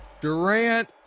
Durant